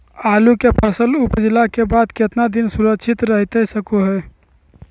आलू के फसल उपजला के बाद कितना दिन सुरक्षित रहतई सको हय?